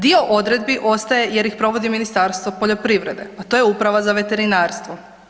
Dio odredbi ostaje jer ih provodi Ministarstvo poljoprivrede, a to je Uprava za veterinarstvo.